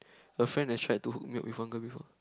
a friend has tried to hook me up with one girl before